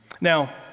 Now